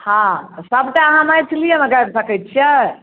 हँ सबटा अहाँ मैथिलिएमे गाबि सकैत छियै